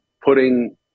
putting